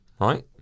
right